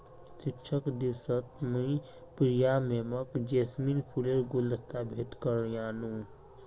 शिक्षक दिवसत मुई प्रिया मैमक जैस्मिन फूलेर गुलदस्ता भेंट करयानू